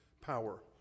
power